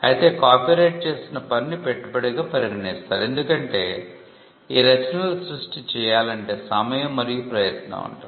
అయితే కాపీరైట్ చేసిన పనిని పెట్టుబడిగా పరిగణిస్తారు ఎందుకంటే ఈ రచనల సృష్టి చేయాలంటే సమయం మరియు ప్రయత్నం ఉంటుంది